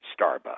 starbucks